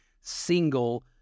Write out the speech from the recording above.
single